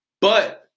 But-